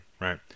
right